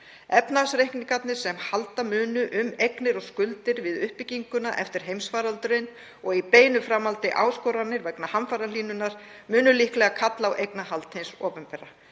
Efnahagsreikningarnir sem halda munu um eignir og skuldir við uppbygginguna eftir heimsfaraldurinn, og í beinu framhaldi áskoranir vegna hamfarahlýnunar, munu líklega kalla á eignarhald hins opinbera.